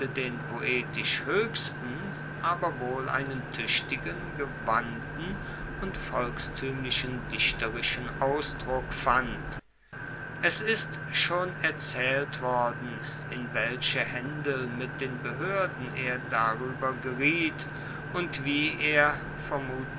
den poetisch hoechsten aber wohl einen tuechtigen gewandten und volkstuemlichen dichterischen ausdruck fand es ist schon erzaehlt worden in welche haendel mit den behoerden er darueber geriet und wie er